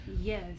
Yes